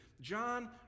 John